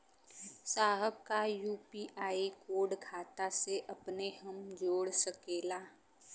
साहब का UPI code खाता से अपने हम जोड़ सकेला?